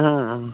हँ आउ ने